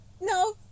no